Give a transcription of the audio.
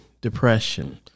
depression